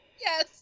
Yes